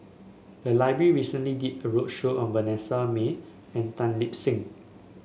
the library recently did a roadshow on Vanessa Mae and Tan Lip Seng